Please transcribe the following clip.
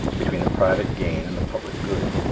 between the private gain and the public good,